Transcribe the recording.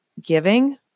giving